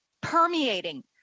permeating